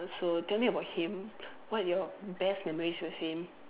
so tell me about him what are your best memories with him